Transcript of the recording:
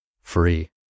free